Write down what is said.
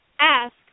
ask